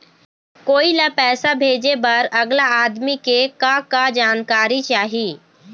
कोई ला पैसा भेजे बर अगला आदमी के का का जानकारी चाही?